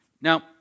Now